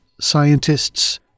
scientists